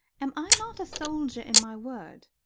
am i not a soldier in my word?